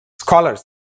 scholars